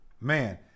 Man